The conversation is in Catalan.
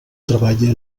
treballe